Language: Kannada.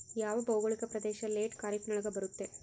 ಯಾವ ಭೌಗೋಳಿಕ ಪ್ರದೇಶ ಲೇಟ್ ಖಾರೇಫ್ ನೊಳಗ ಬರುತ್ತೆ?